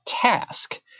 task